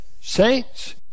Saints